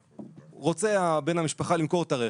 רוצה בן המשפחה למכור את הרכב,